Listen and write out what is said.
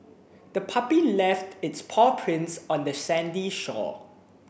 the puppy left its paw prints on the sandy shore